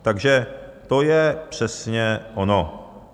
Takže to je přesně ono.